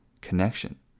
connection